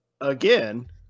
Again